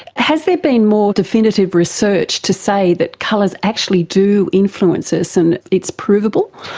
has there been more definitive research to say that colours actually do influence us and it's provable?